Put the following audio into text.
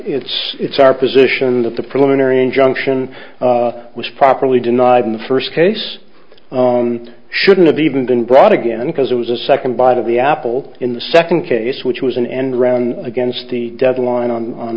it's it's our position that the preliminary injunction was properly denied in the first case shouldn't have even been brought again because it was a second bite of the apple in the second case which was in and around against the deadline on